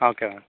ಹಾಂ okay ma'am